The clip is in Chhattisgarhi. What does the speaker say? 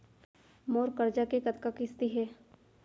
मोर करजा के कतका किस्ती हे?